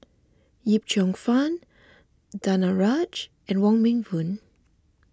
Yip Cheong Fun Danaraj and Wong Meng Voon